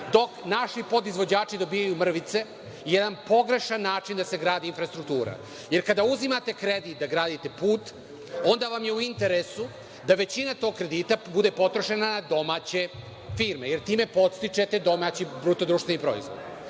dok naši podizvođači dobijaju mrvice, jedan pogrešan način da se gradi infrastruktura. Jer kada uzimate kredit, da gradite put, onda vam je u interesu da većina tog kredita bude potrošena domaće firme, jer time podstičete domaći BDP. Pa, kad